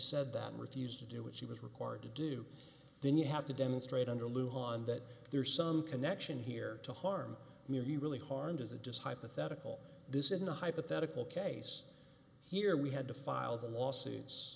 said that refused to do what she was required to do then you have to demonstrate under lou hahn that there is some connection here to harm me really harmed as a just hypothetical this in a hypothetical case here we had to file the lawsuits